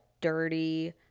dirty